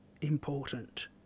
important